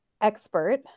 expert